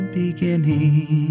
beginning